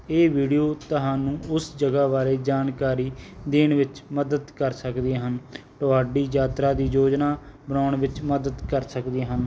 ਇਹ ਵੀਡੀਓ ਤੁਹਾਨੂੰ ਉਸ ਜਗ੍ਹਾ ਬਾਰੇ ਜਾਣਕਾਰੀ ਦੇਣ ਵਿੱਚ ਮਦਦ ਕਰ ਸਕਦੀਆਂ ਹਨ ਤੁਹਾਡੀ ਯਾਤਰਾ ਦੀ ਯੋਜਨਾ ਬਣਾਉਣ ਵਿੱਚ ਮਦਦ ਕਰ ਸਕਦੀਆਂ ਹਨ